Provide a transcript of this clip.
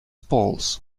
poles